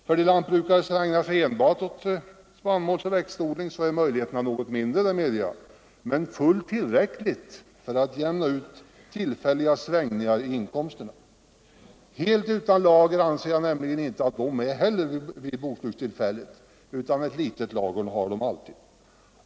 För en lantbrukare som ägnar sig endast åt spannmålsoch annan växtodling är möjligheterna något mindre, det medger jag, men fullt tillräckliga för att jämna ut tillfälliga svängningar i inkomsterna. Helt utan lager är de nämligen inte vid bokslutstillfället, utan ett litet lager har de alltid.